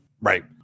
Right